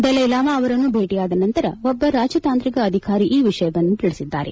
Dalai Lama ಅವರನ್ನು ಭೇಟಿಯಾದ ನಂತರ ಒಬ್ಬ ರಾಜತಾಂತ್ರಿಕ ಅಧಿಕಾರಿ ಈ ವಿಷಯವನ್ನು ತಿಳಿಸಿದ್ದಾರೆ